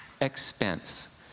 expense